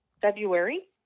February